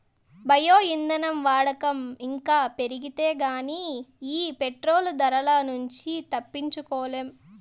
bio ఇంధనం వాడకం ఇంకా పెరిగితే గానీ ఈ పెట్రోలు ధరల నుంచి తప్పించుకోలేం